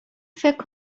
فکر